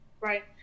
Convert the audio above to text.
right